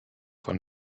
von